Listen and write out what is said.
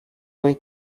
wait